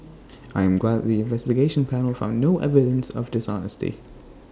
I am glad that the investigation panel found no evidence of dishonesty